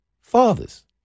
Fathers